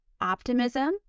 optimism